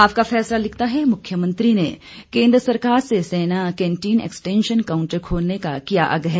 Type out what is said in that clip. आपका फैसला लिखता है मुख्यमंत्री ने केन्द्र सरकार से सेना कैंटीन एक्सटेंशन काउंटर खोलने का किया आग्रह